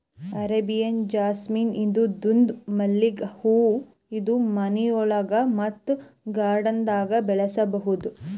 Arabian jasmine ಇದು ದುಂಡ್ ಮಲ್ಲಿಗ್ ಹೂವಾ ಇದು ಮನಿಯೊಳಗ ಮತ್ತ್ ಗಾರ್ಡನ್ದಾಗ್ ಬೆಳಸಬಹುದ್